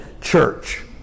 church